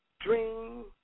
dream